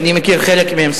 ואני מכיר חלק מהם,